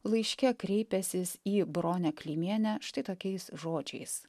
laiške kreipęsis į bronę klimienę štai tokiais žodžiais